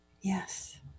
yes